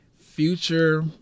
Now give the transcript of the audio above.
Future